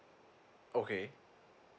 okay